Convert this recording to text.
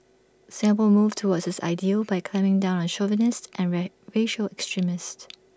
Singapore moved towards this ideal by clamping down on chauvinists and ran racial extremists